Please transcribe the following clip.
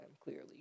clearly